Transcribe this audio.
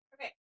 Okay